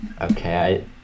okay